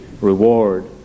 reward